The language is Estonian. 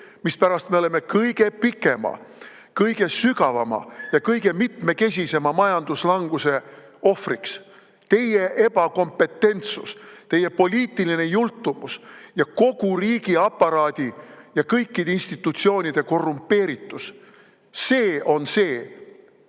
mispärast me oleme kõige pikema, kõige sügavama ja kõige mitmekesisema majanduslanguse ohver. Teie ebakompetentsus, teie poliitiline jultumus ja kogu riigiaparaadi ja kõikide institutsioonide korrumpeeritus – see on see,